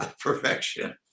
perfection